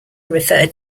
referred